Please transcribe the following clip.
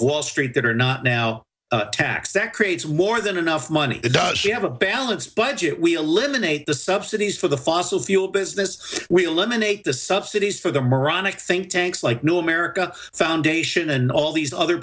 wall street that are not now taxed that creates more than enough money does she have a balanced budget we eliminate the subsidies for the fossil fuel business we eliminate the subsidies for the moronic think tanks like new america foundation and all these other